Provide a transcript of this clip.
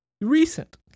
Recent